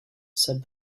said